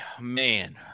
man